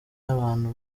y’abantu